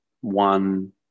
one